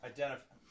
Identify